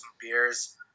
beers